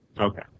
Okay